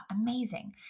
amazing